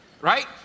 right